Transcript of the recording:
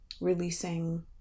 releasing